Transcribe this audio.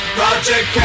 Project